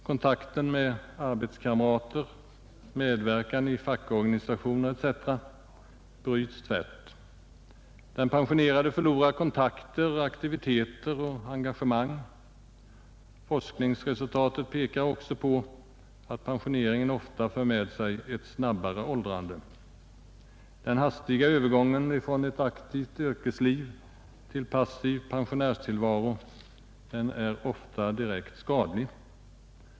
Kontakten med arbetskamrater, medverkande i fackorganisation etc. bryts tvärt. Den pensionerade förlorar kontakter, aktiviteter och engagemang. Forskningsresultat pekar också på att pensioneringen ofta för med sig ett snabbare åldrande. Den hastiga övergången från ett aktivt yrkesliv till en passiv pensionärstillvaro är ofta direkt skadlig.